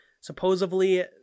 Supposedly